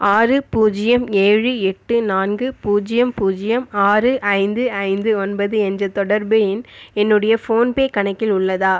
ஆறு பூஜ்ஜியம் ஏழு எட்டு நான்கு பூஜ்ஜியம் பூஜ்ஜியம் ஆறு ஐந்து ஐந்து ஒன்பது என்ற தொடர்பு எண் என்னுடைய ஃபோன்பே கணக்கில் உள்ளதா